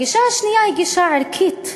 הגישה השנייה היא גישה ערכית.